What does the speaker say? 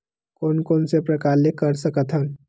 कोन कोन से प्रकार ले कर सकत हन?